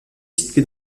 située